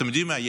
אתם יודעים מה?